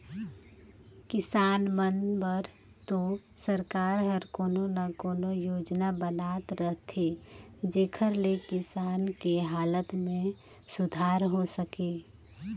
किसान मन बर तो सरकार हर कोनो न कोनो योजना बनात रहथे जेखर ले किसान के हालत में सुधार हो सके